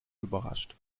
überrascht